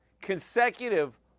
consecutive